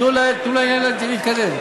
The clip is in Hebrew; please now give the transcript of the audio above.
תנו לעניין להתקדם.